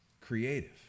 creative